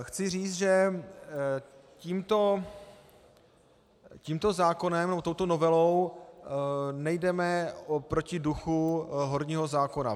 Chci říci, že tímto zákonem, touto novelou, nejdeme proti duchu horního zákona.